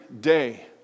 day